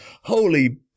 Holy